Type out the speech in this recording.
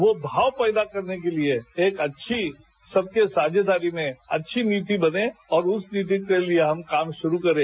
वो भाव पैदा करने के लिए एक अच्छी सबकी साझेदारी में अच्छी नीति बने और उस नीति के लिए हम काम शुरू करे